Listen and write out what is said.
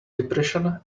depression